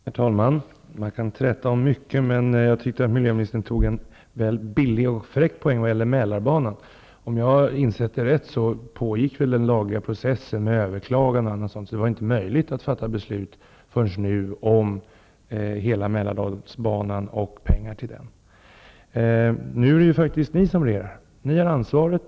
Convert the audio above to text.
Herr talman! Man kan träta om mycket, men jag tyckte att miljöministern tog en väl billig och fräck poäng när det gäller Mälarbanan. Om jag har förstått det rätt så pågick väl den lagliga processen med överklaganden osv. så länge att det inte var möjligt att fatta beslut förrän nu om hela Nu är det faktiskt de borgerliga som regerar och har ansvaret.